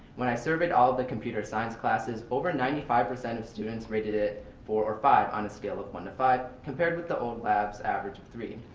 when i surveyed all of the computer science classes, over ninety five percent of students rated it four or five on a scale of one to five, compared with the old labs average of three.